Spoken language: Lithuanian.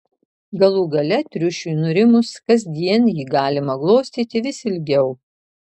galų gale triušiui nurimus kasdien jį galima glostyti vis ilgiau